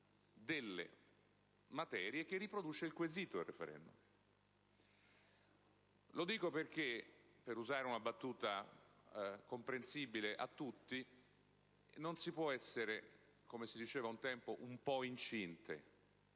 la materia riprodotta dal quesito del *referendum*. Lo dico perché, per usare una battuta comprensibile a tutti, non si può essere, come si diceva un tempo, un po' incinte: